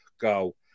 go